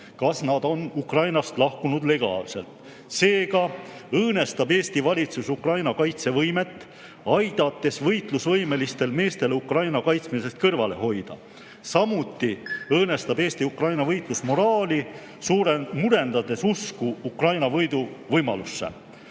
kas nad on Ukrainast lahkunud legaalselt. Seega õõnestab Eesti valitsus Ukraina kaitsevõimet, aidates võitlusvõimelistel meestel Ukraina kaitsmisest kõrvale hoida. Samuti õõnestab Eesti Ukraina võitlusmoraali, murendades usku Ukraina võidu võimalusse.